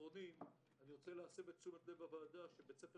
אני רוצה להסב תשומת לב הוועדה שבית ספר